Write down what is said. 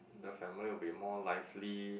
the family will be more lively